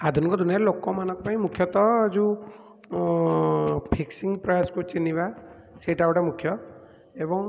ଆଧୁନିକ ଦୁନିଆରେ ଲୋକମାନଙ୍କ ପାଇଁ ମୁଖ୍ୟାତଃ ଯେଉଁ ଫିକ୍ସିଙ୍ଗ୍ ପ୍ରୟାସକୁ ଚିହ୍ନିବା ସେଇଟା ଗୋଟେ ମୁଖ୍ୟ ଏବଂ